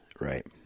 Right